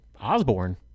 Osborne